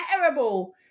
terrible